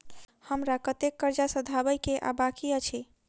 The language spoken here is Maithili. हमरा कतेक कर्जा सधाबई केँ आ बाकी अछि?